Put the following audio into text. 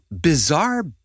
bizarre